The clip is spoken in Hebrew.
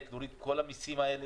להוריד את כל המסים האלה.